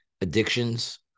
addictions